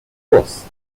course